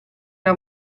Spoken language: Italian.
una